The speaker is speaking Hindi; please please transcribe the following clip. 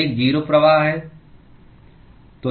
एक जीरो प्रवाह है